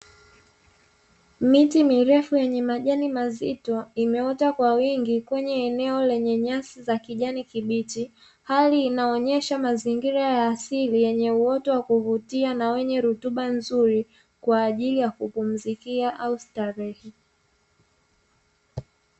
miti mirefu yenye majani mazito imeota kwa wingi kwenye eneo lenye nyasi za kijani kibichi , hali inaonyesha mazingira ya asili yenye uoto wa kuvutia na wenye rutuba nzuri kwaajili ya kupunzikia au starehe .